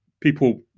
people